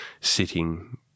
sitting